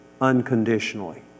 unconditionally